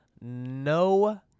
no